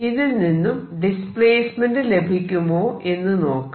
ഇതിൽ നിന്നും ഡിസ്പ്ലേസ്മെന്റ് ലഭിക്കുമോ എന്ന് നോക്കാം